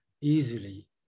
easily